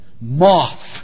Moth